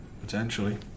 potentially